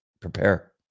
prepare